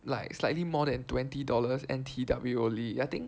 like slightly more than twenty dollars N_T_W only I think